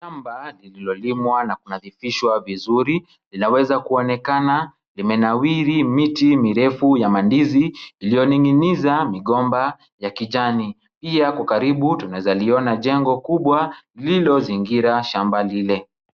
Shamba lililolimwa na kunadhifishwa vizuri, linaweza kuonekana limenawiri miti mirefu ya mandizi, iliyoning'iniza migomba ya kijani. Pia kwa karibu tunaweza liona jengo kubwa lililozingira shamba lile.